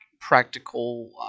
practical